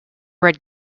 red